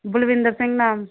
ਬਲਵਿੰਦਰ ਸਿੰਘ ਨਾਮ